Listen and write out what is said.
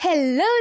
Hello